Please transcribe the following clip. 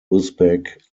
uzbek